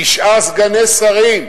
תשעה סגני שרים.